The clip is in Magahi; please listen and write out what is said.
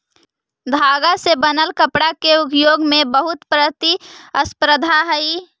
धागा से बनल कपडा के उद्योग में बहुत प्रतिस्पर्धा हई